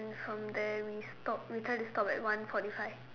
from there we stop we try to stop at one forty five